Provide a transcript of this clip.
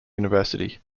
university